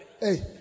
Hey